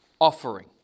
offering